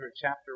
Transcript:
chapter